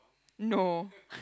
no